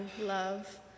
love